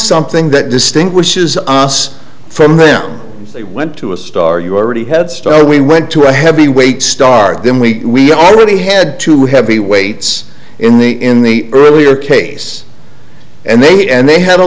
something that distinguishes us from them they went to a star you already had star we went to a heavyweight start then we already had two heavyweights in the in the earlier case and they and they had a